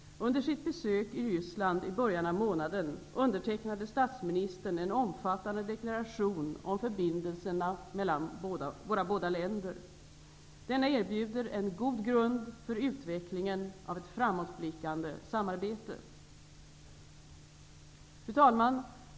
Under sitt besök i Ryssland i början av månaden undertecknade statsministern en omfattande deklaration om förbindelserna mellan våra båda länder. Denna erbjuder en god grund för utvecklingen av ett framåtblickande samarbete. Fru talman!